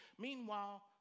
Meanwhile